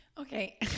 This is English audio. Okay